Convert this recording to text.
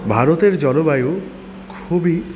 ভারতের জলবায়ু খুবই